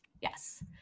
Yes